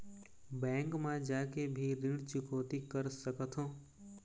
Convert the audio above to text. Bank मा जाके भी ऋण चुकौती कर सकथों?